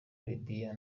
libiya